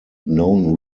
known